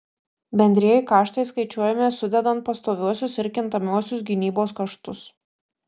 bendrieji kaštai skaičiuojami sudedant pastoviuosius ir kintamuosius gamybos kaštus